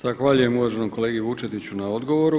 Zahvaljujem uvaženom kolegi Vučetiću na odgovoru.